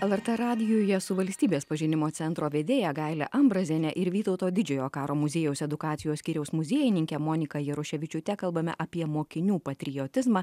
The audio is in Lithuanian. lrt radijuje su valstybės pažinimo centro vedėja gaile ambraziene ir vytauto didžiojo karo muziejaus edukacijos skyriaus muziejininke monika jaruševičiūte kalbame apie mokinių patriotizmą